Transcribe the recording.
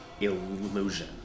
illusion